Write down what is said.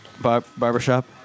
Barbershop